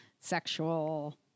sexual